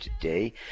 today